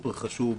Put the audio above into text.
סופר חשוב,